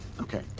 Okay